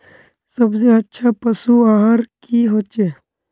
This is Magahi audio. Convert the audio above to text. सबसे अच्छा पशु आहार की होचए?